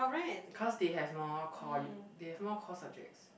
cause they have more core U they have more core subjects